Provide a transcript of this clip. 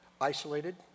Isolated